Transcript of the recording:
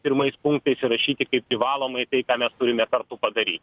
pirmais punktais įrašyti kaip privalomai tai ką mes turime kartu padaryti